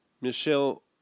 Michelle